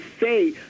say